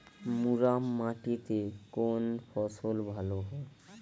মুরাম মাটিতে কোন ফসল ভালো হয়?